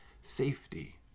safety